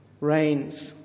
reigns